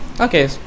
Okay